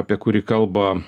apie kurį kalba